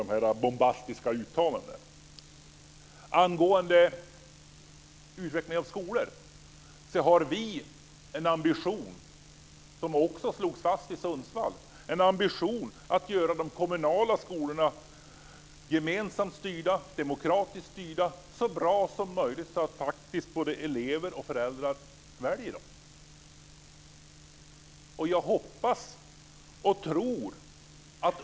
Vi har en ambition angående utvecklingen av skolor som också slogs fast i Sundsvall. Vår ambition är att göra de kommunala skolorna - gemensamt och demokratiskt styrda - så bra som möjligt, så att både elever och föräldrar väljer dem.